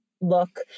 look